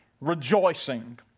rejoicing